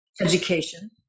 education